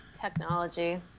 Technology